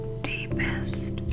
deepest